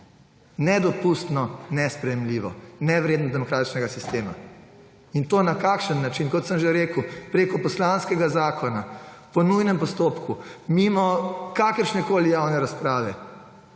Nedopustno, nesprejemljivo! Nevredno demokratičnega sistema. In to na kakšen način, kot sem že rekel, preko poslanskega zakona, po nujnem postopku, mimo kakršnekoli javne razprave,